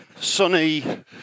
Sunny